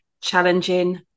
challenging